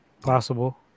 Possible